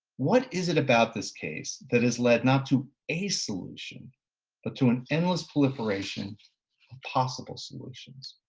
what is it about this case that has led not to a solution but to an endless proliferation of possible solutions?